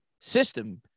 system